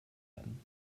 werden